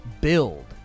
build